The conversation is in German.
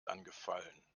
angefallen